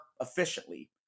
efficiently